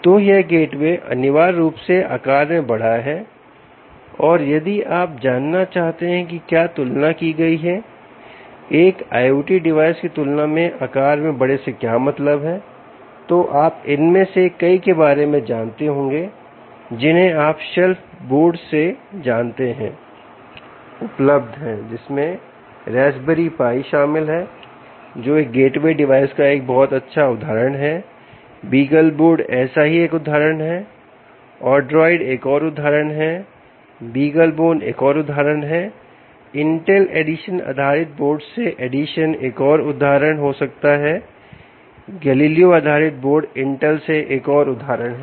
तो यह गेटवे अनिवार्य रूप से आकार में बड़ा है और यदि आप जानना चाहते हैं कि क्या तुलना की गई है एक IoT डिवाइस की तुलना में आकार में बड़े से क्या मतलब है तो आप इनमें से कई के बारे में जानते होंगे जिन्हें आप शेल्फ बोर्ड से जानते हैं उपलब्ध है जिसमें रास्पबेरी पाई शामिल है जो एक गेटवे डिवाइस का एक बहुत अच्छा उदाहरण हैबीगलबोर्ड ऐसा ही एक उदाहरण हैodroid एक और उदाहरण है beaglebone एक और उदाहरण हैIntel Edison आधारित बोर्ड से Edisonएक और उदाहरण हो सकता है Galileoआधारित बोर्ड Intel से एक और उदाहरण है